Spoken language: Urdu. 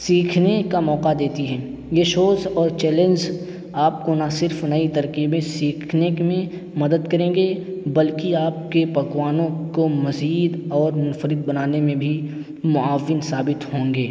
سیکھنے کا موقع دیتی ہیں یہ شوز اور چیلنج آپ کو نہ صرف نئی ترکیبیں سیکھنے میں مدد کریں گے بلکہ آپ کے پکوانوں کو مزید اور منفرد بنانے میں بھی معاون ثابت ہوں گے